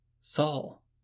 Saul